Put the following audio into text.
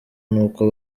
n’uko